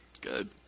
Good